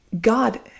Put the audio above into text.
God